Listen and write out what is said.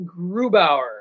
Grubauer